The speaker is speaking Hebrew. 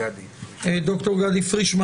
דוקטור גדי פרישמן,